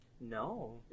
No